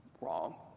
Wrong